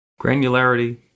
Granularity